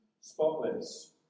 spotless